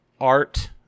art